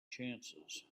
chances